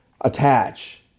attach